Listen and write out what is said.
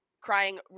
crying